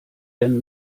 denn